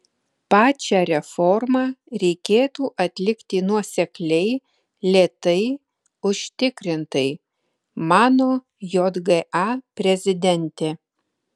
pačią reformą reikėtų atlikti nuosekliai lėtai užtikrintai mano jga prezidentė